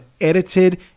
edited